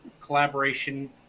collaboration